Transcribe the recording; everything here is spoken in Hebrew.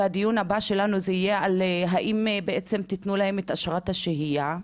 והדיון הבא שלנו יהיה על האם בעצם תתנו להם את אשרת השהייה,